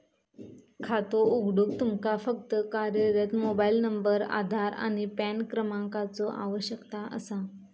खातो उघडूक तुमका फक्त कार्यरत मोबाइल नंबर, आधार आणि पॅन क्रमांकाचो आवश्यकता असा